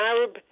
Arab